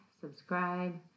subscribe